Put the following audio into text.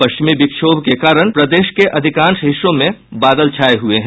पश्चिमी विक्षोभ के कारण प्रदेश के अधिकांश हिस्सों में बादल छाये हुए हैं